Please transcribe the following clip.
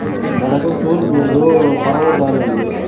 మా దగ్గర తూర్పు లేదు పడమట దారుంది